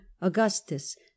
Augustus